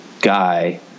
guy